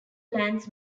plants